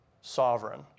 sovereign